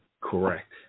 correct